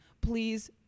please